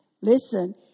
Listen